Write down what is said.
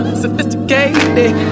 sophisticated